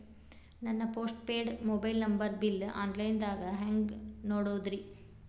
ನನ್ನ postpaid mobile number bill, online ದಾಗ hang ನೋಡೋದ್ರಿ?